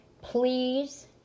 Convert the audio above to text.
please